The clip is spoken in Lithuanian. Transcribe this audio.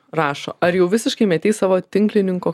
rašo ar jau visiškai metei savo tinklininko